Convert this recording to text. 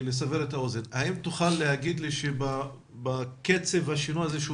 האם תוכל לומר שבקצב השינוי הזה,